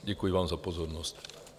Děkuji vám za pozornost.